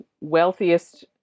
wealthiest